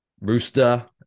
rooster